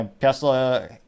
Tesla